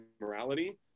morality